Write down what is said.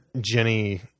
Jenny